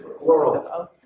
world